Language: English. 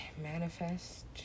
manifest